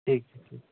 ठीक छै ठीक छै